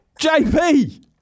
JP